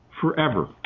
Forever